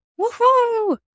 Woohoo